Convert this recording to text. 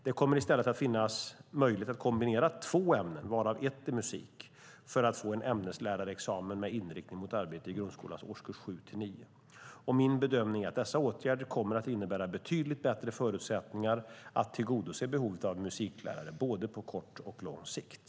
Det kommer i stället att finnas möjlighet att kombinera två ämnen, varav ett är musik, för att få en ämneslärarexamen med inriktning mot arbete i grundskolans årskurs 7-9. Min bedömning är att dessa åtgärder kommer att innebära betydligt bättre förutsättningar att tillgodose behovet av musiklärare på både kort och lång sikt.